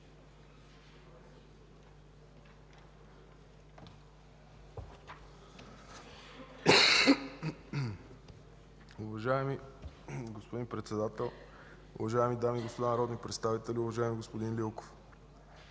Уважаеми господин Председател, уважаеми дами и господа народни представители! Уважаеми господин